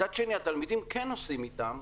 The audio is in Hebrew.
מצד שני התלמידים כן נוסעים אתם,